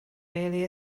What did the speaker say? really